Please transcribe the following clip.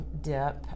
Dip